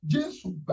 Jesus